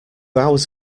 hours